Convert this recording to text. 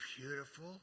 beautiful